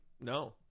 No